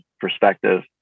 perspective